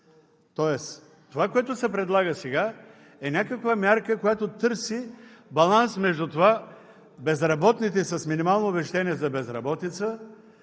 Тоест, това, което се предлага сега, е някаква мярка, която търси баланс между това безработните с минимално обезщетение за безработица